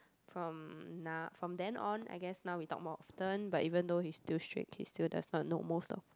from now from then on I guess now we talk more often but even though he's still strict he's still does not know most of